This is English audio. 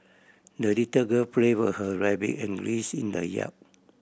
the little girl played with her rabbit and geese in the yard